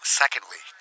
secondly